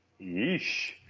Yeesh